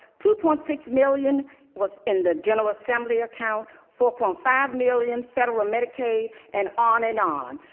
two point six million was in the general assembly account. four point five million federal medicaid, and on and on.